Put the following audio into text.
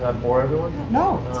ah bore everyone?